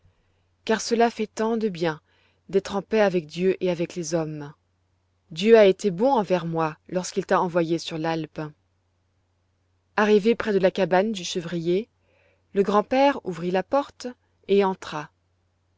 car cela fait tant de bien d'être en paix avec dieu et avec les hommes dieu a été bon envers moi lorsqu'il t'a envoyée sur l'alpe arrivé près de la cabane du chevrier le grand-père ouvrit la porte et entra